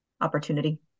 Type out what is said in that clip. opportunity